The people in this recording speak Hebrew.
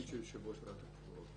מה התפקיד של יושב-ראש ועדת הבחירות?